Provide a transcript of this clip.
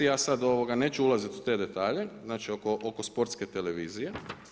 Ja sada neću ulaziti u te detalje, znači oko Sportske televizije.